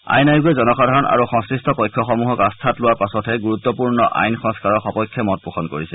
আইন আয়োগে জনসাধাৰণ আৰু সংশ্লিষ্ট পক্ষসমূহক আস্থাত লোৱাৰ পাছতহে গুৰুত্বপূৰ্ণ আইন সংস্থাৰৰ সপক্ষে মত পোষন কৰিছে